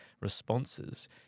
responses